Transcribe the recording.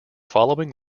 following